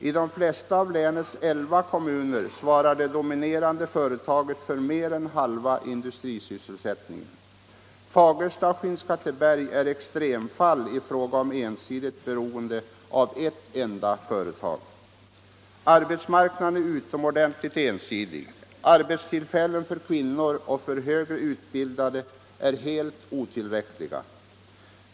I de flesta av länets 11 kommuner svarar det dominerande företaget för mer än halva industrisysselsättningen. Fagersta och Skinnskatteberg är extremfall i fråga om ensidigt beroende av ett enda företag. Arbetsmarknaden är utomordentligt ensidig. Antalet arbetstillfällen för kvinnor och för högre utbildade är helt otillräckligt.